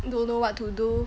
don't know what to do